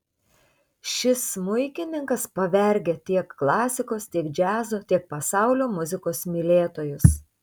šis smuikininkas pavergia tiek klasikos tiek džiazo tiek pasaulio muzikos mylėtojus